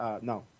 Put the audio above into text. No